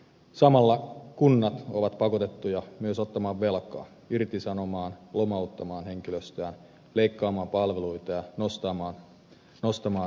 samalla kunnat ovat pakotettuja myös ottamaan velkaa irtisanomaan lomauttamaan henkilöstöään leikkaamaan palveluita ja nostamaan veroäyriään